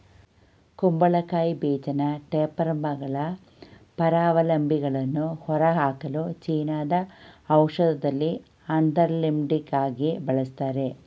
ಕುಂಬಳಕಾಯಿ ಬೀಜನ ಟೇಪ್ವರ್ಮ್ಗಳ ಪರಾವಲಂಬಿಗಳನ್ನು ಹೊರಹಾಕಲು ಚೀನಾದ ಔಷಧದಲ್ಲಿ ಆಂಥೆಲ್ಮಿಂಟಿಕಾಗಿ ಬಳಸ್ತಾರೆ